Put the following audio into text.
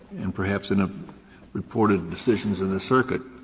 and perhaps in ah reported decisions in the circuit,